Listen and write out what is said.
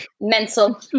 Mental